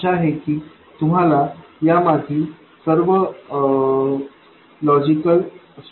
आशा आहे की तुम्हाला यामागील सर्व लॉजिकल स्टेप्स समजल्या असतील